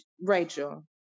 Rachel